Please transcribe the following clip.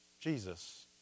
Jesus